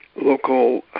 local